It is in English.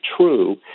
true